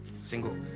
Single